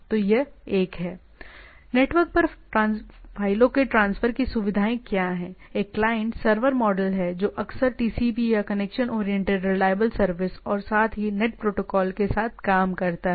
तो यह एक है नेटवर्क पर फ़ाइलों के ट्रांसफर की सुविधाएं क्या है एक क्लाइंट सर्वर मॉडल है जो अक्सर TCP या कनेक्शन ओरिएंटेड रिलायबल सर्विस और साथ ही नेट प्रोटोकॉल के साथ काम करता है